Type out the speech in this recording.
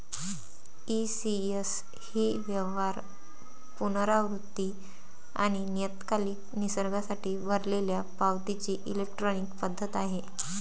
ECS ही व्यवहार, पुनरावृत्ती आणि नियतकालिक निसर्गासाठी भरलेल्या पावतीची इलेक्ट्रॉनिक पद्धत आहे